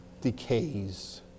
decays